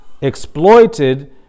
exploited